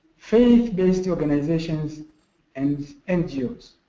faith based organizations and ngo's.